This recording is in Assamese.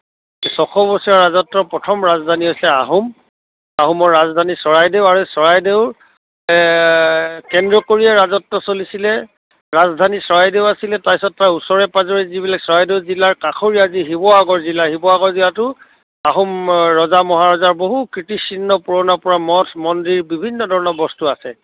ছশ বছৰীয়া ৰাজত্বৰ প্ৰথম ৰাজধানী আছিলে আহোম আহোমৰ ৰাজধানী চৰাইদেউ আৰু এই চৰাইদেউৰ কেন্দ্ৰ কৰিয়েই ৰাজত্ব চলিছিলে ৰাজধানী চৰাইদেউ আছিলে তাৰপিছত তাৰ ওচৰে পাঁজৰে যিবিলাক চৰাইদেউ জিলাৰ কাষৰীয়া যি শিৱসাগৰ জিলা শিৱসাগৰ জিলাতো আহোম ৰজা মহাৰজাৰ বহু কীৰ্তিচিহ্ন পুৰণা পুৰণা মঠ মন্দিৰ বিভিন্ন ধৰণৰ বস্তু আছে